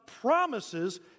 promises